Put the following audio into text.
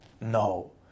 no